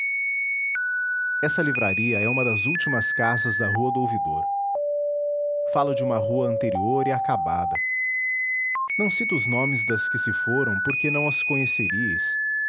essa livraria é uma das últimas casas da rua do ouvidor falo de uma rua anterior e acabada não cito os nomes das que se foram porque não as conheceríeis